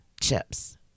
chips